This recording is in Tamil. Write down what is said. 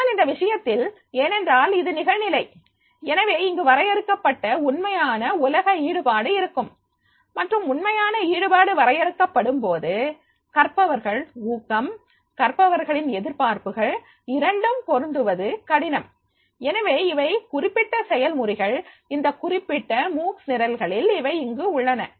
ஆனால் இந்த விஷயத்தில் ஏனென்றால் இது நிகழ்நிலை எனவே இங்கு வரையறுக்கப்பட்ட உண்மையான உலக ஈடுபாடு இருக்கும் மற்றும் உண்மையான ஈடுபாடு வரையறுக்கப்படும் போது கற்பவர்கள் ஊக்கம் கற்பவர்களின் எதிர்பார்ப்புகள் இரண்டும் பொருந்துவது கடினம் எனவே இவை குறிப்பிட்ட செயல்முறைகள் இந்த குறிப்பிட்ட மூக்ஸ் நிரல்களில் இவை இங்கு உள்ளன